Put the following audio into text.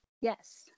yes